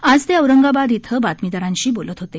आज ते औरंगाबाद इथं बातमीदारांशी बोलत होते